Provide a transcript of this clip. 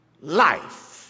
life